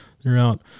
throughout